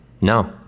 no